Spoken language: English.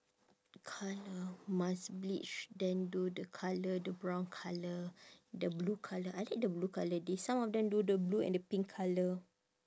colour must bleach then do the colour the brown colour the blue colour I did the blue colour they some of them do the blue and the pink colour